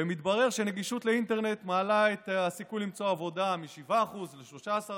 ומתברר שנגישות של האינטרנט מעלה את הסיכוי למצוא עבודה מ-7% ל-13%.